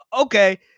okay